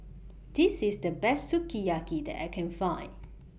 This IS The Best Sukiyaki that I Can Find